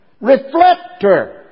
Reflector